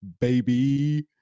baby